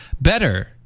better